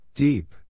Deep